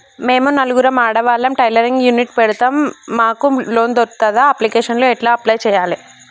మేము నలుగురం ఆడవాళ్ళం టైలరింగ్ యూనిట్ పెడతం మాకు లోన్ దొర్కుతదా? అప్లికేషన్లను ఎట్ల అప్లయ్ చేయాలే?